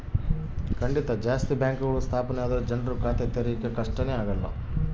ಜಾಸ್ತಿ ಬ್ಯಾಂಕ್ಗಳು ಸ್ಥಾಪನೆ ಆದ್ರೆ ಜನ್ರು ಖಾತೆ ತೆರಿಯಕ್ಕೆ ಕಷ್ಟ ಆಗಲ್ಲ